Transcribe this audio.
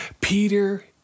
Peter